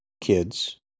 kids